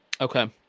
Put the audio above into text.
Okay